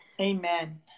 Amen